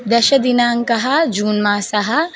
दशदिनाङ्कः जून् मासः